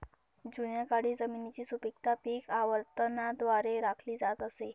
जुन्या काळी जमिनीची सुपीकता पीक आवर्तनाद्वारे राखली जात असे